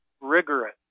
rigorous